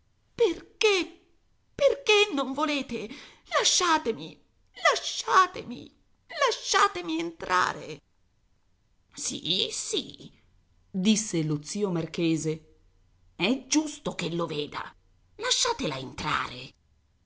perchè perché non volete lasciatemi lasciatemi lasciatemi entrare sì sì disse lo zio marchese è giusto che lo veda lasciatela entrare